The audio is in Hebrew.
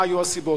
מה היו הסיבות.